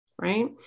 right